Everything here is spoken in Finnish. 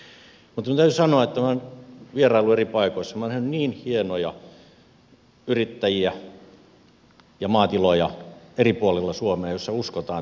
minun täytyy sanoa että kun minä olen vieraillut eri paikoissa minä olen nähnyt niin hienoja yrittäjiä ja maatiloja eri puolilla suomea joissa uskotaan tulevaisuuteen